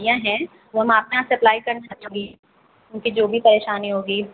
हैं वो हम आपके यहाँ सप्लाई करना उनकी जो भी परेशानी होगी